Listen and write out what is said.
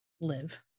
live